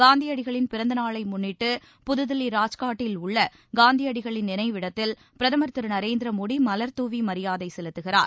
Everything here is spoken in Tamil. காந்தியடிகளின் பிறந்த நாளை முன்னிட்டு புதுதில்லி ராஜ்காட்டில் உள்ள காந்தியடிகளின் நினைவிடத்தில் பிரதமர் திரு நரேந்திர மோடி மலர் தூவி மரியாதை செலுத்துகிறார்